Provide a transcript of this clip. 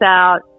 out